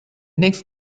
next